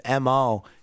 mo